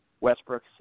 Westbrook